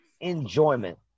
enjoyment